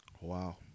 Wow